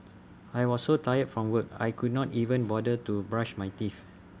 I was so tired from work I could not even bother to brush my teeth